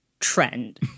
trend